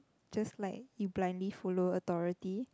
just like you blindly follow authority